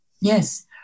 Yes